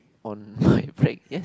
on my break yes